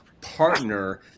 partner